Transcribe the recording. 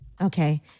Okay